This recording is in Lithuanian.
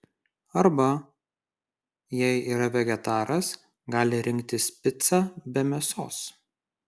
arba jei yra vegetaras gali rinktis picą be mėsos